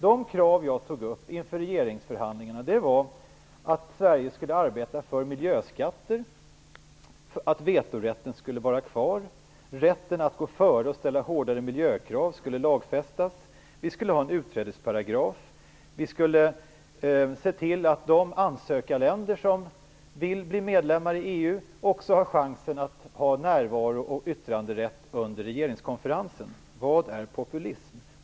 De krav jag tog upp inför regeringsförhandlingarna var att Sverige skulle arbeta för miljöskatter, att vetorätten skulle vara kvar, att rätten att gå före och ställa hårdare miljökrav skulle lagfästas, att vi skulle ha en uträdesparagraf och se till att de ansökarländer som vill bli medlemmar i EU också har chansen att ha närvaro och yttranderätt under regeringskonferensen. Vad är populism?